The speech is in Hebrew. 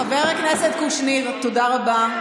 חבר הכנסת קושניר, תודה רבה.